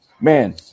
man